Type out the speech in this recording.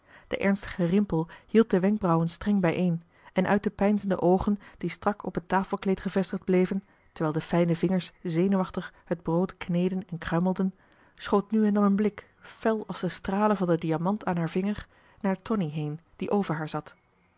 de ernstige rimpel hield de wenkbrauwen streng bijeen en uit de peinzende oogen die strak op het tafelkleed gevestigd bleven terwijl de fijne vingers zenuwachtig het brood kneedden en kruimelden schoot nu en dan een blik fel als de stralen van den diamant aan haar vinger naar tonie heen die over haar zat